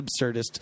absurdist